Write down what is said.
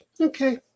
Okay